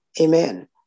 Amen